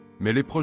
million